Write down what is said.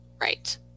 Right